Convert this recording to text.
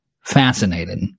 fascinated